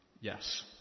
yes